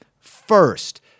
first